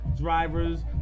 drivers